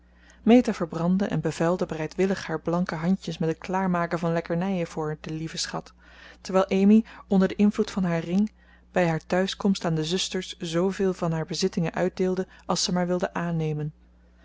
meta verbrandde en bevuilde bereidwillig haar blanke handjes met het klaarmaken van lekkernijen voor de lieve schat terwijl amy onder den invloed van haar ring bij haar thuiskomst aan de zusters zooveel van haar bezittingen uitdeelde als ze maar wilden aannemen